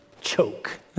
choke